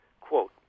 Quote